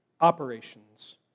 operations